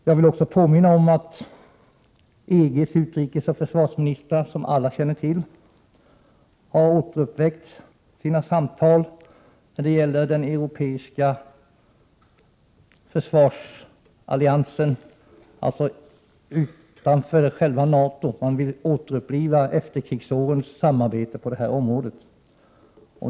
Jag vill också påminna om att EG:s utrikesoch försvarsministrar som alla känner till har återupptagit sina samtal när det gäller den europeiska försvarsalliansen utanför NATO. Man vill återuppliva efterkrigsårens samarbete på detta område.